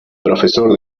profesor